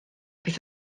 bydd